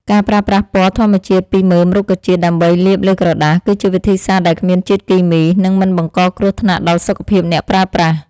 ការប្រើប្រាស់ពណ៌ធម្មជាតិពីមើមរុក្ខជាតិដើម្បីលាបលើក្រដាស គឺជាវិធីសាស្ត្រដែលគ្មានជាតិគីមី និង មិនបង្កគ្រោះថ្នាក់ដល់សុខភាពអ្នកប្រើប្រាស់។